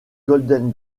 golden